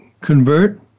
convert